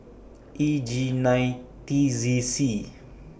E G nine T Z C